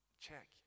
check